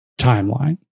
timeline